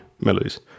melodies